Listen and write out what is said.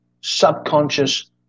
subconscious